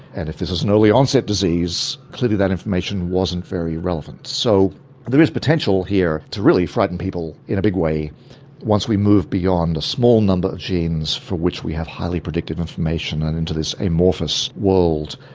and if this is an early onset disease clearly that information wasn't very relevant. so there is potential here to really frighten people in a big way once we move beyond a small number of genes for which we have highly predictive information and into this amorphous world.